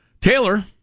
Taylor